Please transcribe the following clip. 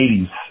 80s